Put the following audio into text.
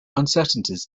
uncertainties